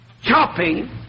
chopping